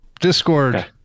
Discord